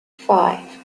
five